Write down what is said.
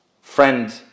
friend